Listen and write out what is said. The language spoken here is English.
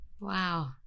wow